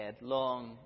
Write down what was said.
long